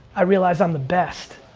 i realize i'm the best,